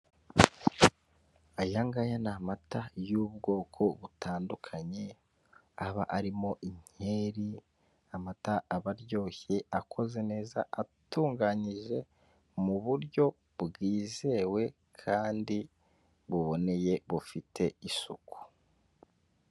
Ayangaya ni amata y'ubwoko butandukanye aba arimo inkeri, amata aba aryoshye, akoze neza, atunganyije mu buryo bwizewe kandi buboneye bufite isuku.